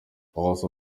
also